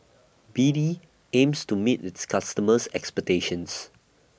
B D aims to meet its customers' expectations